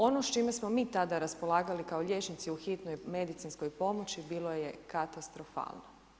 Ono s čime smo mi tada raspolagali kao liječnici u hitnoj medicinskoj pomoći bilo je katastrofalno.